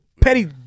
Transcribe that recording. petty